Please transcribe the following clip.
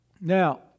Now